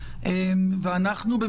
לא תמיד.